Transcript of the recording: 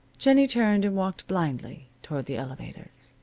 jennie turned and walked blindly toward the elevators.